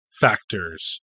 factors